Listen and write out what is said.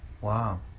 Wow